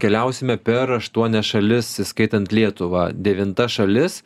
keliausime per aštuonias šalis įskaitant lietuvą devinta šalis